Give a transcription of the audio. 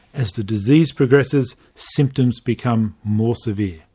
as the disease progresses, symptoms become more severe.